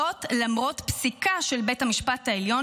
זאת למרות פסיקה של בית המשפט העליון